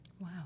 Wow